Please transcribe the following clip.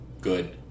good